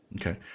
Okay